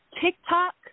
TikTok